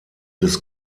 des